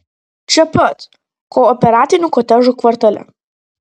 čia pat kooperatinių kotedžų kvartale